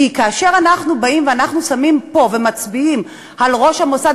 כי כאשר אנחנו באים ושמים פה ומצביעים על ראש המוסד